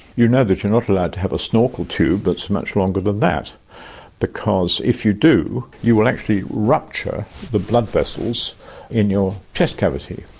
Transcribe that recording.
know that you're not allowed to have a snorkel tube that's much longer than that because, if you do, you will actually rupture the blood vessels in your chest cavity.